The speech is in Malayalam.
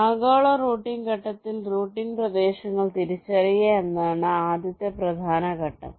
ആഗോള റൂട്ടിംഗ് ഘട്ടത്തിൽ റൂട്ടിംഗ് പ്രദേശങ്ങൾ തിരിച്ചറിയുക എന്നതാണ് ആദ്യത്തെ പ്രധാന ഘട്ടം